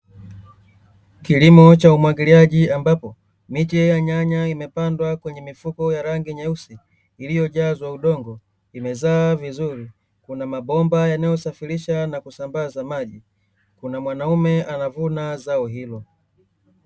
Kilimo cha umwagiliaji ambapo, miche ya nyanya imepandwa kwenye mifuko ya rangi nyeusi iliyojazwa udongo imezaa vizuri kuna, mabomba yanayosafirisha na kusambaza maji, kuna mwanaume anavuna zao hilo.